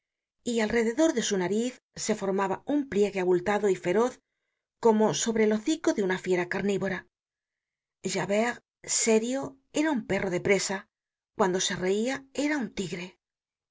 y alrededor de su nariz se formaba un pliegue abultado y feroz como sobre el hocico de una fiera carnívora javert sério era un perro de presa cuando se reia era un tigre por